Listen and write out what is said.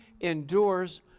endures